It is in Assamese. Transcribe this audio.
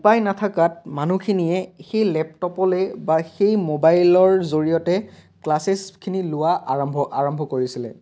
উপায় নথকাত মানুহখিনিয়ে সেই মোবাইললৈ বা সেই লেপটপৰ জৰিয়তে ক্লাছেছখিনি লোৱা আৰম্ভ আৰম্ভ কৰিছিলে